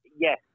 yes